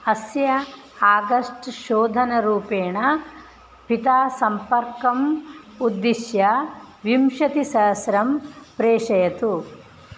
अस्य आगस्ट् शोधनरुपेण पिता सम्पर्कम् उद्दिश्य विंशतिसहस्रं प्रेषयतु